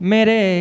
Mere